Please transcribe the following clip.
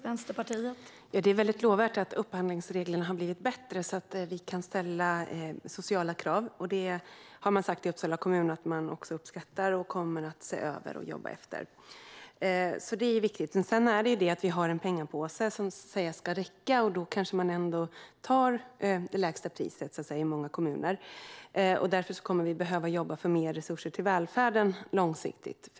Fru talman! Det är mycket lovvärt att upphandlingsreglerna har blivit bättre så att vi kan ställa sociala krav. I Uppsala kommun har man sagt att man uppskattar det och kommer att se över och jobba i enlighet med det. Det är viktigt. Vi har också en pengapåse som ska räcka, och då kanske man ändå tar det lägsta priset i många kommuner. Därför kommer vi långsiktigt att behöva jobba för mer resurser till välfärden.